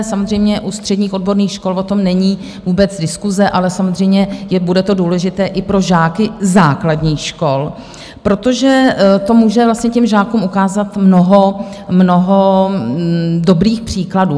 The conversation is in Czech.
Samozřejmě, u středních odborných škol o tom není vůbec diskuse, ale samozřejmě, bude to důležité i pro žáky základních škol, protože to může vlastně žákům ukázat mnoho dobrých příkladů.